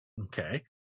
Okay